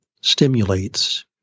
stimulates